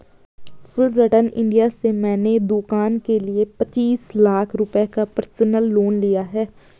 Fullerton India से मैंने दूकान के लिए पचीस लाख रुपये का पर्सनल लोन लिया है